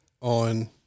on